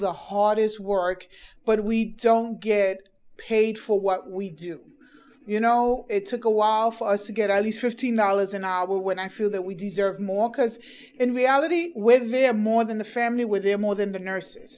the hardest work but we don't get paid for what we do you know it took awhile for us to get at least fifteen dollars an hour when i feel that we deserve more because in reality where there are more than the family were there more than the nurses